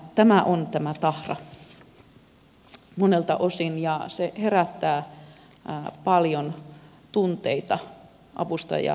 tämä on tämä tahra monelta osin ja se herättää paljon tunteita avustajien joukossa